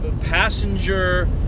Passenger